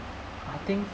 I think